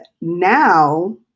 now